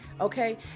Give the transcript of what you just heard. Okay